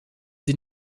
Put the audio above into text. sie